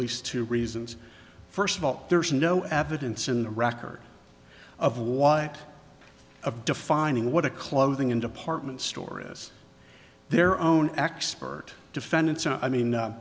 least two reasons first of all there's no evidence in the record of what of defining what a clothing and department store is their own expert defendants i mean